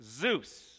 Zeus